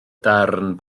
darn